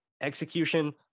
execution